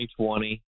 2020